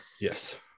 Yes